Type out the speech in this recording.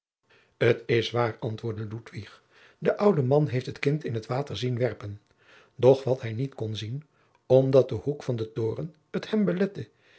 t is waar antwoordde ludwig de oude man heeft het kind in het water zien werpen doch wat hij niet kon zien omdat de hoek van den toren het hem belette